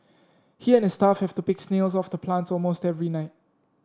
he and his staff have to pick snails off the plants almost every night